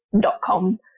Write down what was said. dot-com